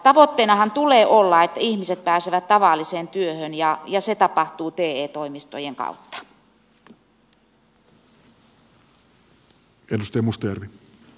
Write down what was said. tavoitteenahan tulee olla että ihmiset pääsevät tavalliseen työhön ja se tapahtuu te toimistojen kautta